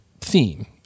theme